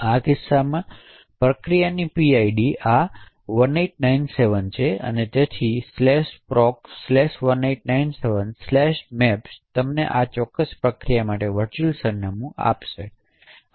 આ કિસ્સામાં પ્રક્રિયાના પીઆઈડી આ 1897 અને તેથી proc 1897 maps તમને તે ચોક્કસ પ્રક્રિયા માટે વર્ચુઅલ સરનામાં સ્થાન આપશે